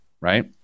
right